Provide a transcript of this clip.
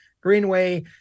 Greenway